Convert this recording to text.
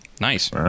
Nice